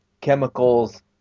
chemicals